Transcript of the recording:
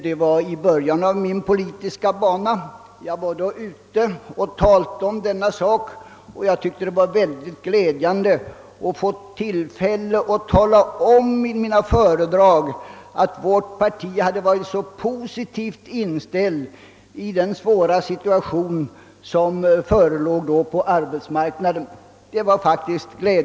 Den inträffade i början av min politiska bana. När jag då var ute i landet och talade om arbetslöshetsproblemen tyckte jag att det var mycket värdefullt att i mina föredrag få tillfälle att tala om att vårt parti hade en positiv inställning i den svåra situation som då förelåg på arbetsmarknaden.